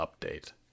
update